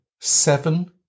seven